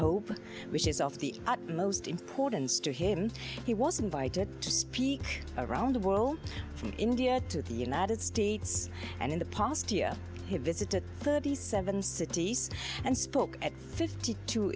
hope which is off the utmost importance to him he was invited to speak around the world from india to the united states and in the past year has visited thirty seven cities and spoke at fifty two